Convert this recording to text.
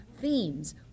themes